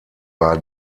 war